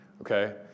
Okay